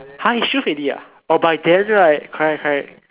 !huh! he already ah oh by then right correct correct